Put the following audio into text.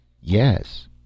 Yes